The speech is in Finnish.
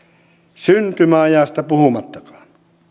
syntymäajasta puhumattakaan